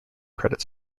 credit